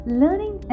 learning